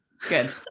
good